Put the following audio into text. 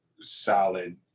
solid